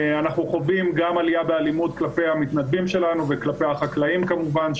אנחנו חווים גם עלייה באלימות כלפי המתנדבים שלנו וכלפי החקלאים כמובן,